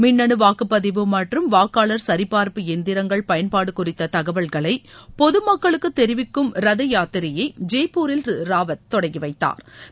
மின்னு வாக்குப்பதிவு மற்றும் வாக்காளர் சுரிபார்ப்பு எந்திரங்கள் பயன்பாடு குறித்த தகவல்களை பொதுமக்களுக்கு தெரிவிக்கும் ரத யாத்திரையை ஜெய்பூரில் திரு ராவத் தொடங்கிவைத்தாா்